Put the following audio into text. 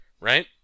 right